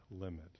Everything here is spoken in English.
limit